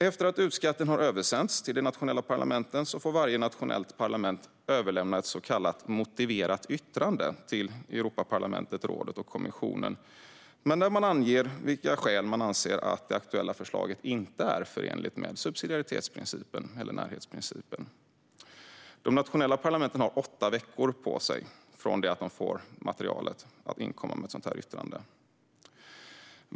Efter att utkasten har översänts till de nationella parlamenten får varje nationellt parlament lämna ett så kallat motiverat yttrande till Europaparlamentet, rådet och kommissionen, där man anger skälen till att man anser att det aktuella förslaget inte är förenligt med subsidiaritetsprincipen, närhetsprincipen. De nationella parlamenten har åtta veckor på sig att inkomma med ett sådant yttrande.